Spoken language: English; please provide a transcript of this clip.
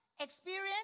experience